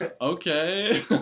okay